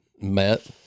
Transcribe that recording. met